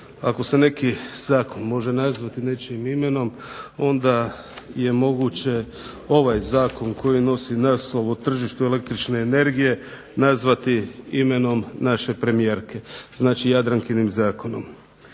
ako se neki zakon može nazvati nečijim imenom, onda je moguće da ovaj Zakon koji nosi naslov o tržištu električne energije, nazvati imenom naše premijerke, znači Jadrankinim zakonom.